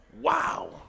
Wow